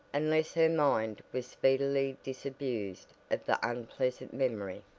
unless her mind was speedily disabused of the unpleasant memory.